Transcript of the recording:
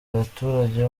abaturage